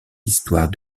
histoire